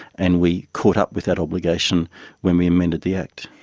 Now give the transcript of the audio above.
and we caught up with that obligation when we amended the act.